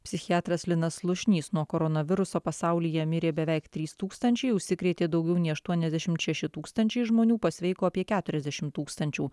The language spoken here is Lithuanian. psichiatras linas slušnys nuo koronaviruso pasaulyje mirė beveik trys tūkstančiai užsikrėtė daugiau nei aštuoniasdešim šeši tūkstančiai žmonių pasveiko apie keturiasdešim tūkstančių